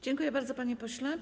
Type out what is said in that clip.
Dziękuję bardzo, panie pośle.